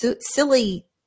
silly